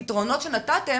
את הפתרונות שנתתם,